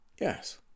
Yes